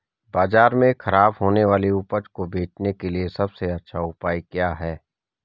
बाजार में खराब होने वाली उपज को बेचने के लिए सबसे अच्छा उपाय क्या हैं?